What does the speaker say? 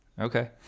Okay